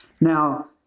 Now